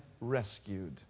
rescued